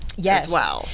Yes